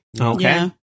Okay